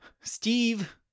Steve